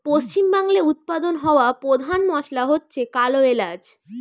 পশ্চিমবাংলায় উৎপাদন হওয়া পোধান মশলা হচ্ছে কালো এলাচ